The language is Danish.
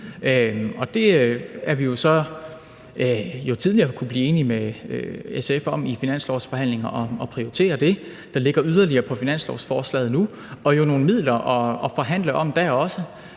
Det har vi jo så tidligere kunnet blive enige med SF om i finanslovsforhandlingerne at prioritere, så det yderligere ligger på finanslovsforslaget nu – nogle midler at forhandle om også